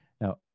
Now